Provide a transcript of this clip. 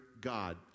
God